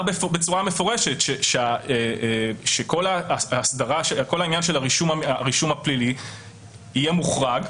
בצורה מפורשת שכל העניין של הרישום הפלילי יהיה מוחרג,